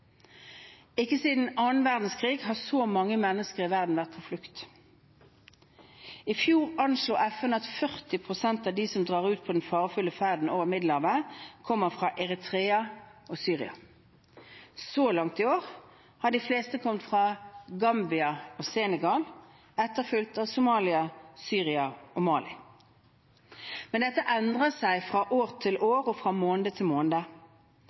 Ikke siden annen verdenskrig har så mange mennesker i verden vært på flukt. I fjor anslo FN at 40 pst. av dem som drar ut på den farefulle ferden over Middelhavet, kommer fra Eritrea og Syria. Så langt i år har de fleste kommet fra Gambia og Senegal, etterfulgt av Somalia, Syria og Mali. Men dette endrer seg fra år til år og fra måned til måned.